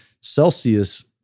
celsius